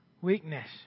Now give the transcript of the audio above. weakness